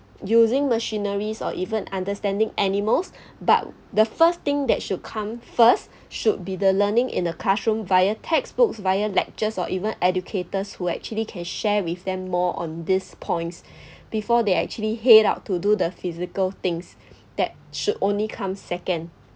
using machineries or even understanding animals but the first thing that should come first should be the learning in the classroom via textbooks via lectures or even educators who actually can share with them more on these points before they actually head out to do the physical things that should only come second